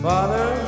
Father